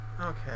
Okay